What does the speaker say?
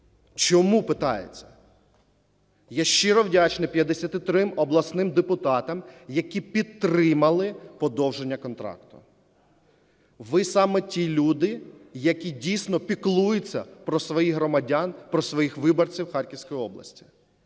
Чому, питається. Я щиро вдячний 53 обласним депутатам, які підтримали подовження контракту. Ви саме ті люди, які дійсно піклуються про своїх громадян, про своїх виборців у Харківській області.